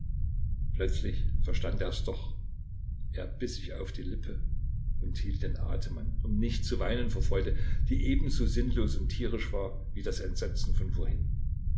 plötzlich verstand er es doch er biß sich auf die lippe und hielt den atem an um nicht zu weinen vor freude die ebenso sinnlos und tierisch war wie das entsetzen von vorhin